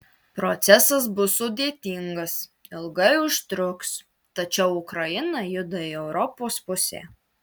procesas bus sudėtingas ilgai užtruks tačiau ukraina juda į europos pusę